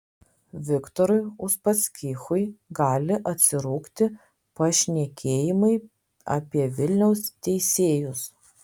viktorui uspaskichui gali atsirūgti pašnekėjimai apie vilniaus teisėjus